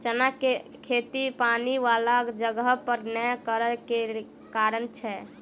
चना केँ खेती पानि वला जगह पर नै करऽ केँ के कारण छै?